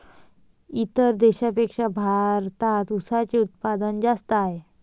इतर देशांपेक्षा भारतात उसाचे उत्पादन जास्त आहे